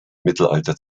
mittelalter